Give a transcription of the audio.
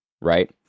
right